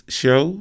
show